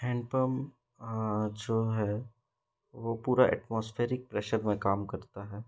handpump जो है वो पूरा एटमॉस्फेरिक प्रेशर में काम करता है